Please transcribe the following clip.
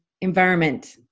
environment